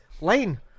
Lane